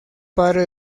padre